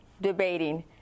debating